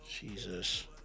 Jesus